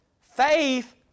Faith